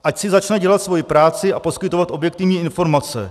Ať si začne dělat svoji práci a poskytovat objektivní informace.